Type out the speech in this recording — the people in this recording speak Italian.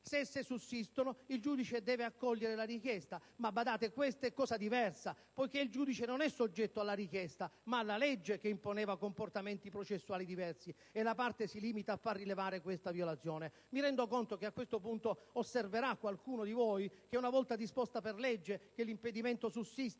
Se esse sussistono, il giudice deve accogliere la richiesta. Ma badate: questa è cosa diversa, poiché il giudice non è soggetto alla richiesta, ma alla legge che imponeva comportamenti processuali diversi, e la parte si limita a far rilevare questa violazione. Mi rendo conto che, a questo punto, qualcuno di voi osserverà che, una volta disposto per legge che l'impedimento sussiste